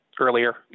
earlier